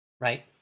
Right